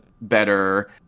better